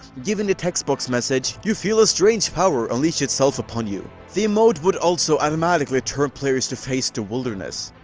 giving the text box message you feel a strange power unleash itself upon you. the emote would also automatically turn players to face the wilderness.